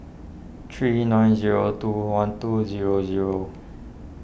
three nine zero two one two zero zero